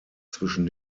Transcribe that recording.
zwischen